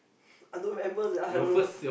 I don't remember sia I don't know